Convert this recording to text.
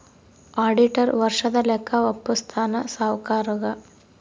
auditor ವರ್ಷದ ಲೆಕ್ಕ ವಪ್ಪುಸ್ತಾನ ಸಾವ್ಕರುಗಾ